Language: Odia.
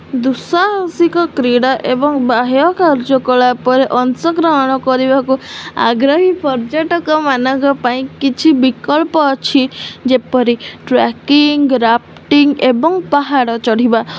ଦୁଃସାହସିକ କ୍ରୀଡ଼ା ଏବଂ ବାହ୍ୟ କାର୍ଯ୍ୟକଳାପରେ ଅଂଶଗ୍ରହଣ କରିବାକୁ ଆଗ୍ରହୀ ପର୍ଯ୍ୟଟକମାନଙ୍କ ପାଇଁ କିଛି ବିକଳ୍ପ ଅଛି ଯେପରି ଟ୍ରାକିଂ ରାଫ୍ଟିଙ୍ଗ୍ ଏବଂ ପାହାଡ଼ ଚଢ଼ିବା